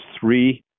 three